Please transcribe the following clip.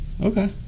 Okay